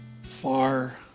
Far